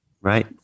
Right